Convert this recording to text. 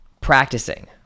practicing